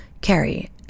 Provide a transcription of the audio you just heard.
Carrie